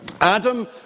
Adam